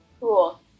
Cool